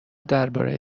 درباره